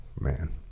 Man